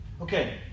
Okay